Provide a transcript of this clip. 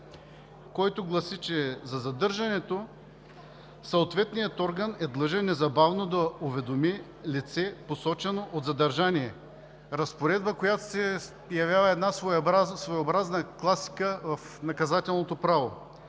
който гласи, че за задържането съответният орган е длъжен незабавно да уведоми лице, посочено от задържания – разпоредба, която се явява една своеобразна класика в наказателното право.